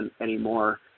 anymore